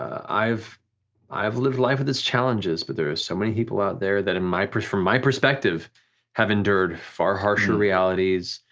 i've i've lived life with its challenges, but there are so many people out there that and from my perspective have endured far harsher realities,